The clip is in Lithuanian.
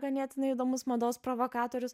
ganėtinai įdomus mados provokatorius